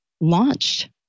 launched